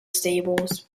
stables